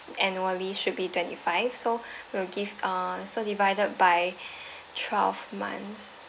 annually should be twenty five so we'll give uh so divided by twelve months